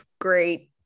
great